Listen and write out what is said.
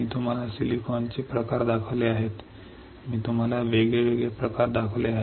मी तुम्हाला सिलिकॉनचे प्रकार दाखवले आहेत मी तुम्हाला वेगवेगळे प्रकार दाखवले आहेत